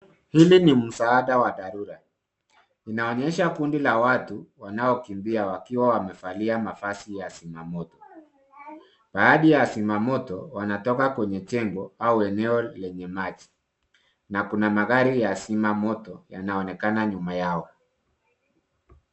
Hili ni msaada wa dharura. Inaonyesha kundi la watu wanaokimbia wakiwa wamevalia mavazi ya zima moto. Baadhi ya zima moto wanatoka kwenye jengo au eneo lenye maji na kuna magari ya zima moto, yanaonekana nyuma yao.